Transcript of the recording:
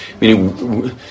Meaning